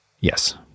Yes